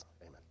Amen